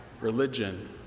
religion